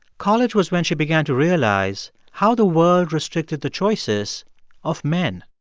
college was when she began to realize how the world restricted the choices of men